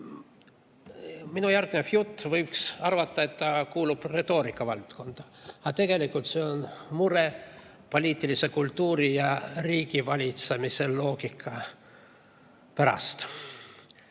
järgnev jutt, võiks arvata, kuulub retoorika valdkonda. Aga tegelikult on see mure poliitilise kultuuri ja riigi valitsemise loogika pärast.